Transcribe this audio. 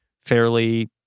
fairly